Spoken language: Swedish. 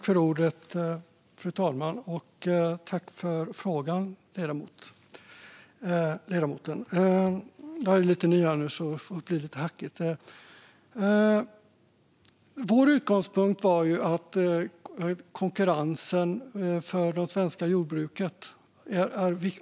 Fru talman! Tack för frågan, ledamoten! Jag är ny här, så det blir lite hackigt. Vår utgångspunkt är konkurrenssituationen för det svenska jordbruket.